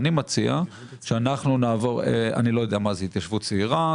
אני לא יודע מה זה התיישבות צעירה,